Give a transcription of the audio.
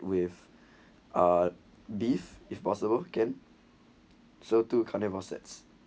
with a beef if possible can so two carnival set